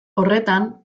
horretan